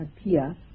appear